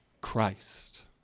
christ